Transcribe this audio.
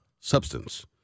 substance